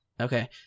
Okay